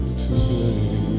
today